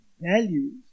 values